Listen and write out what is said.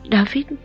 David